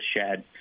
shed